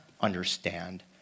understand